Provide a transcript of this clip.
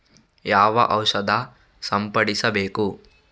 ಯಾವ ಔಷಧ ಸಿಂಪಡಿಸಬೇಕು?